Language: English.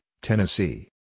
Tennessee